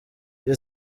iyo